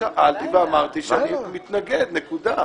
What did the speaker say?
שאלתי ואמרתי שאני מתנגד, נקודה.